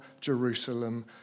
Jerusalem